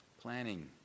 planning